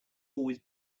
always